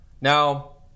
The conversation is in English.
Now